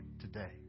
today